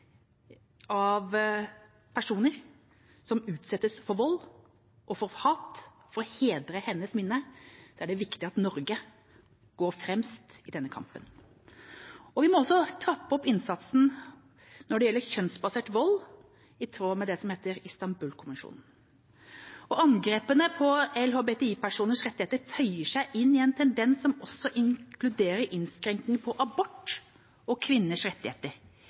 viktig at Norge går fremst i den kampen. Vi må også trappe opp innsatsen når det gjelder kjønnsbasert vold, i tråd med Istanbulkonvensjonen. Angrepene på LHBTI-personers rettigheter føyer seg inn i en tendens som også inkluderer innskrenkinger for abort og kvinners rettigheter